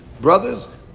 brothers